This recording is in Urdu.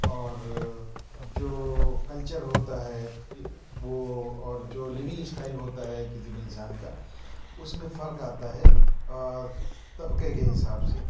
اور جو کلچر ہوتا ہے وہ اور جو لیونگ اسٹائل ہوتا ہے کسی بھی انسان کا اس میں فرق آتا ہے طبقے کے حساب سے